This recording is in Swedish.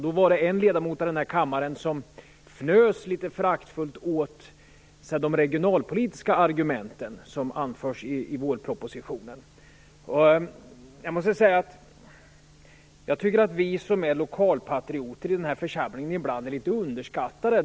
Då var det en ledamot av denna kammare som fnös litet föraktfullt åt de regionalpolitiska argument som anförs i vårpropositionen. Vi som är lokalpatrioter i denna församling är ibland litet underskattade.